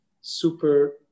super